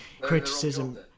criticism